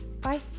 Bye